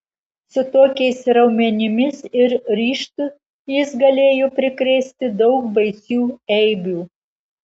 su tokiais raumenimis ir ryžtu jis galėjo prikrėsti daug baisių eibių